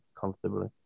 comfortably